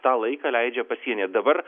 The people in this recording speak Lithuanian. tą laiką leidžia pasienyje dabar